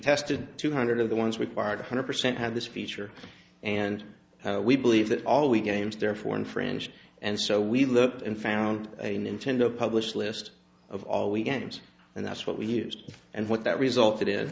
tested two hundred of the ones required one hundred percent had this feature and we believe that all we games therefore infringed and so we looked and found a nintendo publish list of all we games and that's what we used and what that resulted in